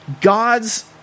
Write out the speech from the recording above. God's